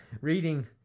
reading